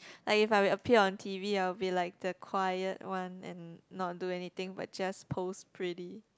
like if I appeared on t_v I'll be like the quiet one and not do anything but just pose pretty